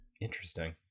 Interesting